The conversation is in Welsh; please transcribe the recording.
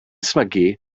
ysmygu